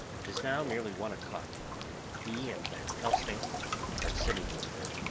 it was now nearly one o'clock, and he and van helsing are sitting with her.